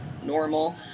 normal